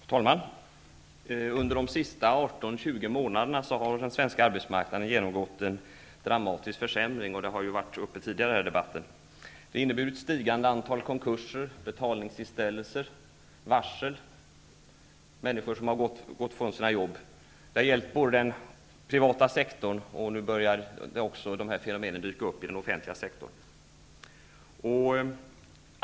Fru talman! Under de senaste 18--20 månaderna har den svenska arbetsmarknaden gemomgått en dramatisk försämring. Det har varit uppe tidigare i den här debatten. Det har inneburit stigande antal konkurser, betalningsinställelser, varsel och människor som har fått gå ifrån sina jobb. Det har gällt den privata sektorn, och nu börjar dessa fenomen dyka upp även i den offentliga sektorn.